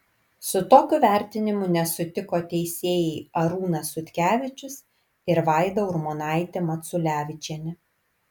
su tokiu vertinimu nesutiko teisėjai arūnas sutkevičius ir vaida urmonaitė maculevičienė